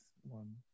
one